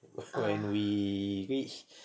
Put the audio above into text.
when we reach